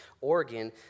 Oregon